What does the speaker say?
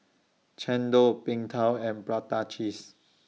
Chendol Png Tao and Prata Cheese